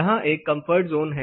यहाँ एक comfort zone है